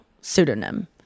pseudonym